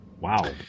Wow